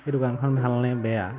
এই দোকানখন ভাল নে বেয়া